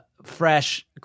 fresh